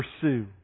pursue